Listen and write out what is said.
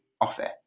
offer